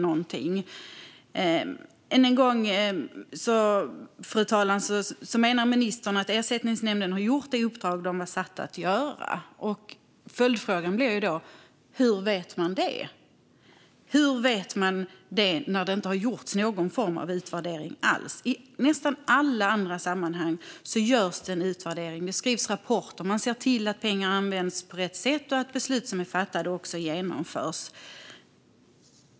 Ministern menar än en gång, fru talman, att Ersättningsnämnden har utfört det uppdrag de satts att göra. Följdfrågan blir: Hur vet man det när det inte har gjorts någon form av utvärdering alls? I nästan alla andra sammanhang görs det utvärderingar. Det skrivs rapporter, och man ser till att pengar används på rätt sätt och att beslut som är fattade också genomförs.